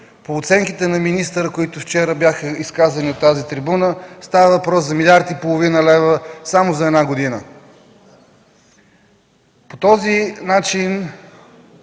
По оценките на министъра, които вчера бяха изказани от тази трибуна, става въпрос за милиард и половина лева само за една година. По този начин